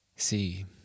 See